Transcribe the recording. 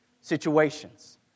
situations